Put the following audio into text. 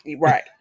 Right